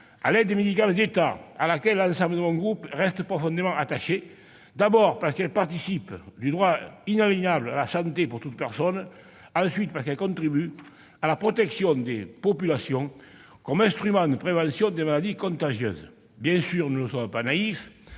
à l'aide médicale de l'État, à laquelle l'ensemble de mon groupe reste profondément attaché. D'abord, elle participe du droit inaliénable à la santé pour toute personne. Ensuite, elle contribue à la protection des populations en tant qu'instrument de prévention des maladies contagieuses. Bien sûr, nous ne sommes pas naïfs.